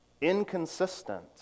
inconsistent